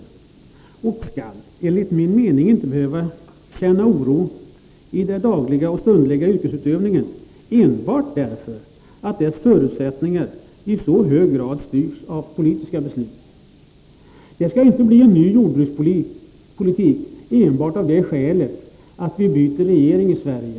De inom jordbruket aktiva skall enligt min mening inte behöva känna oro i den dagliga yrkesutövningen enbart därför att jordbrukets förutsättningar i så hög grad styrs av politiska beslut. Det skall inte bli en ny jordbrukspolitik enbart av det skälet att vi byter regering i Sverige.